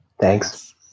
Thanks